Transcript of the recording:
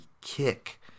kick